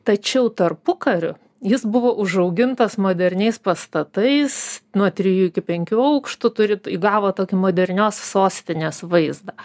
tačiau tarpukariu jis buvo užaugintas moderniais pastatais nuo trijų iki penkių aukštų turit įgavo tokį modernios sostinės vaizdą